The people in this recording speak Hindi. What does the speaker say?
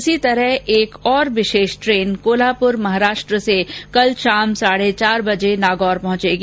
इसी तरह एक ओर विशेष रेल कोल्हापुर महाराष्ट्र से कल शाम साढे चार बजे नागौर पहुंचेगी